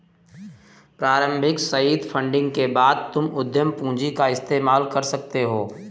प्रारम्भिक seed funding के बाद तुम उद्यम पूंजी का इस्तेमाल कर सकते हो